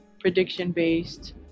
prediction-based